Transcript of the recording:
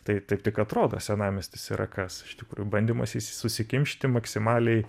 tai taip tik atrodo senamiestis yra kas iš tikrųjų bandymas susikimšt į maksimaliai